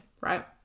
right